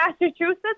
Massachusetts